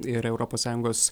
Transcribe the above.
ir europos sąjungos